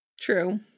True